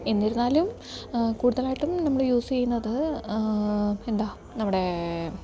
എന്നിരുന്നാലും കൂടുതലായിട്ടും നമ്മൾ യൂസ് ചെയ്യുന്നത് എന്താ നമ്മുടെ